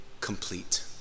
complete